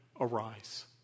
arise